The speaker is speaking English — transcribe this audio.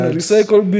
recycle